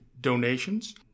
donations